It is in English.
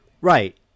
Right